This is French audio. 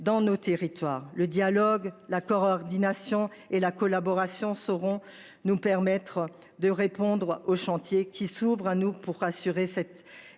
dans nos territoires le dialogue la Corée ordination et la collaboration sauront nous permettre de répondre au chantier qui s'ouvre à nous pour assurer cet